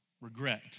regret